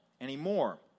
anymore